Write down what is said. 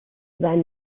sein